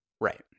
Right